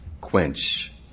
quench